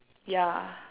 yeah